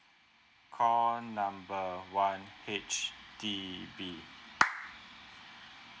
call number one H_D_B